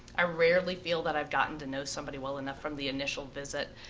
i rarely feel that i have gotten the know somebody well enough from the initial visit.